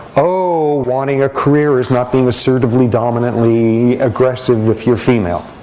oh, wanting a career is not being assertively, dominantly aggressive if you're female.